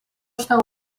està